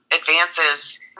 advances